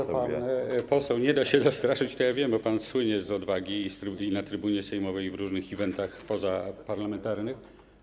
To, że pan poseł nie da się zastraszyć, to ja wiem, bo pan słynie z odwagi i na trybunie sejmowej, i na różnych eventach pozaparlamentarnych.